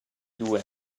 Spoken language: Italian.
due